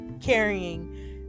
carrying